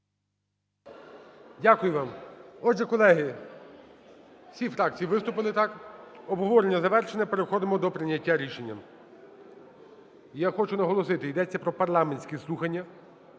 Дякую вам. Отже, колеги, всі фракції виступили, так? Обговорення завершене. Переходимо до прийняття рішення. Я хочу наголосити, йдеться про парламентські слухання,